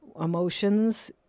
emotions